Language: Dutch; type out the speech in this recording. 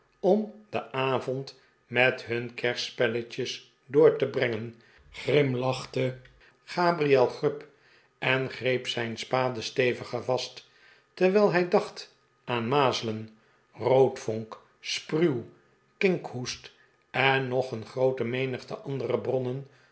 om den avond met hun kerstspelletjes door te brengen grimlachte gabriel grub en greep zijn spade steviger vast terwijl hij dacht aan mazelen roodvonk spruw kinkhoest en nog een groote menigte andere bronnen